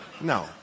No